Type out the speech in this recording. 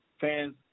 fans